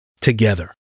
Together